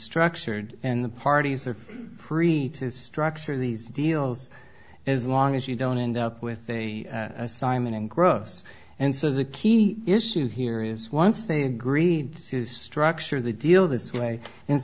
structured and the parties are free to structure these deals as long as you don't end up with a simon and gross and so the key issue here is once they agreed to structure the deal this way in